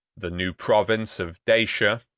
the new province of dacia,